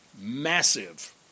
massive